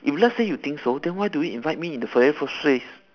if let's say you think so then why do you invite me in the very first place